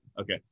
Okay